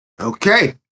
Okay